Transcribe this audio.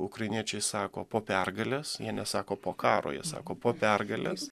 ukrainiečiai sako po pergalės jie nesako po karo jie sako po pergalės